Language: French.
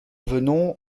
venons